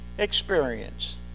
experience